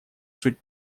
суть